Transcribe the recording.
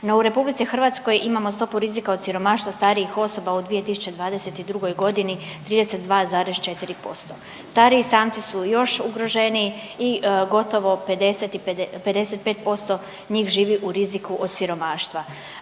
eura, no u RH imamo stopu rizika od siromaštva starijih osoba u 2022. g. 32,4%. Stariji samci su još ugroženiji i gotovo 55% njih živi u riziku od siromaštva.